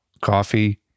Coffee